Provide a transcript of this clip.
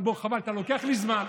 אבל בוא, חבל, אתה לוקח לי זמן.